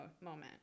moment